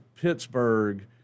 Pittsburgh